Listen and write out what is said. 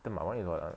then my [one] is what ah